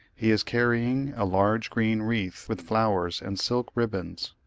he is carrying a large green wreath with flowers and silk ribbons.